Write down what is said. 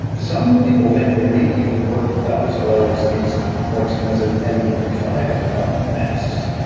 some people think they may even work about as well as these more expensive n nine five um masks.